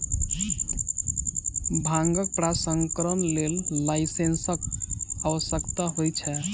भांगक प्रसंस्करणक लेल लाइसेंसक आवश्यकता होइत छै